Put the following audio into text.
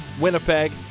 Winnipeg